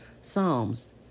Psalms